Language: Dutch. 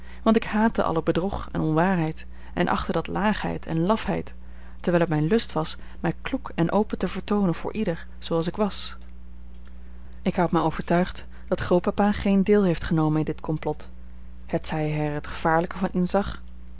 want ik haatte alle bedrog en onwaarheid en achtte dat laagheid en lafheid terwijl het mijn lust was mij kloek en open te vertoonen voor ieder zooals ik was ik houd mij overtuigd dat grootpapa geen deel heeft genomen in dit komplot hetzij hij er het gevaarlijke van inzag